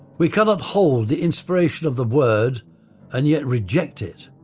we cannot hold the inspiration of the word and yet reject it.